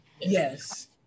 Yes